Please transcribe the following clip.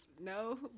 no